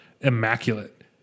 immaculate